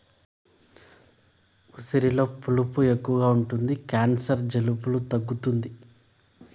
ఉసిరిలో పులుపు ఎక్కువ ఉంటది క్యాన్సర్, జలుబులను తగ్గుతాది